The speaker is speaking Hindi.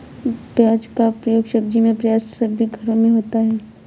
प्याज का प्रयोग सब्जी में प्राय सभी घरों में होता है